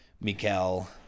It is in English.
Mikel